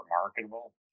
marketable